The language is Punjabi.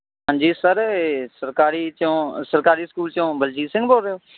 ਹਾਂਜੀ ਸਰ ਇਹ ਸਰਕਾਰੀ ਚੋਂ ਸਰਕਾਰੀ ਸਕੂਲ ਚੋਂ ਬਲਜੀਤ ਸਿੰਘ ਬੋਲ ਰਹੇ ਹੋ